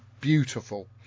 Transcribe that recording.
beautiful